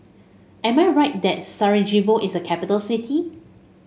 am I right that Sarajevo is a capital city